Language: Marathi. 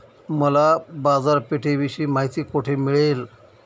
मला बाजारपेठेविषयी माहिती कोठे मिळेल?